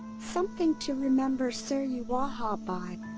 something to remember suruwaha by.